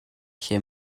lle